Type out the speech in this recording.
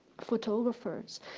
photographers